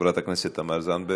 חברת הכנסת תמר זנדברג,